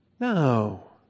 No